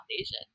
Asian